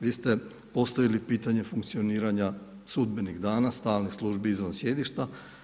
Vi ste postavili pitanje funkcioniranja sudbenih dana, stalnih službi izvan sjedišta.